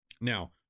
now